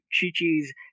Chi-Chi's